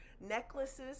necklaces